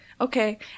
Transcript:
okay